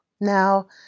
Now